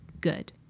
good